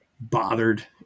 bothered